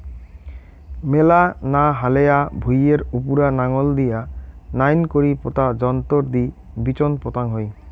মেলা না হালেয়া ভুঁইয়ের উপুরা নাঙল দিয়া নাইন করি পোতা যন্ত্রর দি বিচোন পোতাং হই